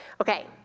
Okay